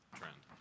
trend